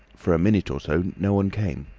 for a minute or so no one came.